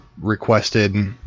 requested